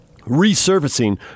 resurfacing